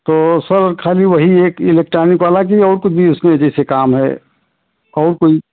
तो सर खली वही एक इलेकटानिक वला कि और कुछ भी उसमें जैसे काम है और कोई